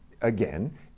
again